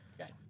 Okay